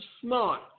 smart